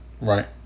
Right